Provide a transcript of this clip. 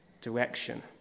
direction